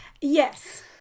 yes